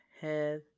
head